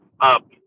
up